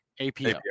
APO